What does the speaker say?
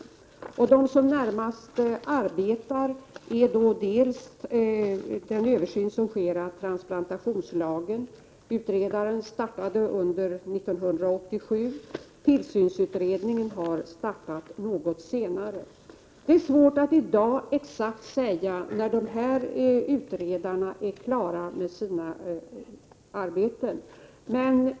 Det sker en översyn av transplantationslagen. Utredaren startade under 1987. Tillsynsutredningen startade något senare. Det är svårt att i dag säga exakt när dessa utredare är klara med sina arbeten.